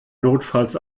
notfalls